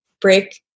break